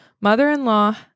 Mother-in-law